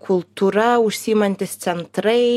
kultūra užsiimantys centrai